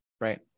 right